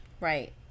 right